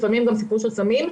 לפעמים גם סיפור של סמים.